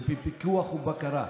ובפיקוח ובקרה.